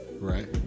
Right